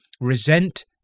resent